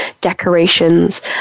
decorations